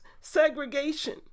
segregation